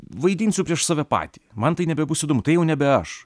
vaidinsiu prieš save patį man tai nebebus įdomu tai jau nebe aš